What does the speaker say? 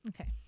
Okay